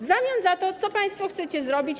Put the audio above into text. W zamian za to co państwo chcecie zrobić?